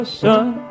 sun